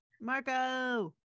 Marco